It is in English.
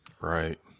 Right